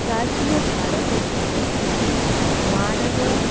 प्राचीनभारतस्य मानव